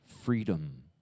freedom